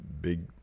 big